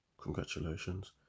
congratulations